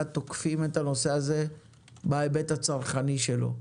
תוקפים את הנושא הזה בהיבט הצרכני שלו.